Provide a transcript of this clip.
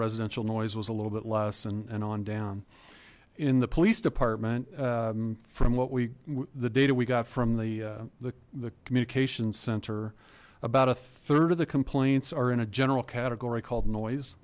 residential noise was a little bit less and on down in the police department from what we the data we got from the the communications center about a third of the complaints are in a general category called noise